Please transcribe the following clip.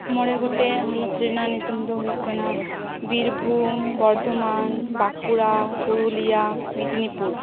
ᱢᱚᱬᱮ ᱜᱚᱴᱮᱱ ᱦᱚᱱᱚᱛ ᱨᱮᱱᱟᱜ ᱱᱩᱛᱩᱢ ᱫᱚ ᱦᱩᱭᱩᱜ ᱠᱟᱱᱟ ᱵᱤᱨᱵᱷᱩᱢ ᱵᱚᱨᱫᱷᱚᱢᱟᱱ ᱵᱟᱸᱠᱩᱲᱟ ᱯᱩᱨᱩᱞᱤᱭᱟ ᱢᱮᱫᱽᱱᱤᱯᱩᱨ